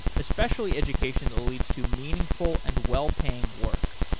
especially education that leads to meaningful and well-paying work.